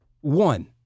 One